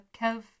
Kev